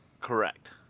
Correct